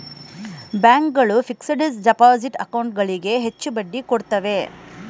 bank ಗಳು fixed deposit account ಗಳಿಗೆ ಹೆಚ್ಚು ಬಡ್ಡಿ ಕೊಡುತ್ತವೆ